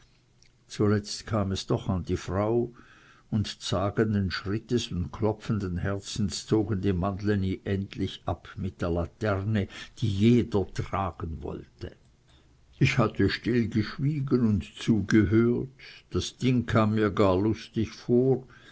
zuletzt kam es an die frau und zagenden schrittes und klopfenden herzens zogen die mannleni endlich ab mit der laterne die jeder tragen wollte ich hatte still geschwiegen und zugehört das ding kam mir gar lustig vor